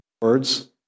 words